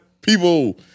people